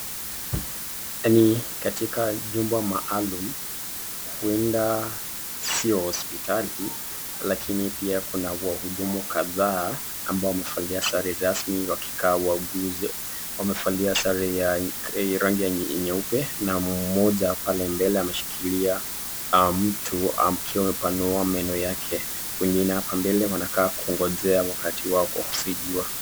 Hii ni katika jumba maalum, huenda sio hospitali, lakini pia kuna wahudumu kadhaa ambao wamevalia sare rasmi wakikaa wauguzi. Wamevalia sare ya rangi ya nyeupe na mmoja pale mbele ameshikilia mtu akiwa amepanua meno yake. Wengine hapa mbele wanakaa kungojea wakati wao wa kusaidiwa.